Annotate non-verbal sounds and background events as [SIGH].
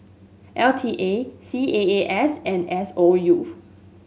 L T A C A A S and S O U [NOISE]